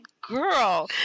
girl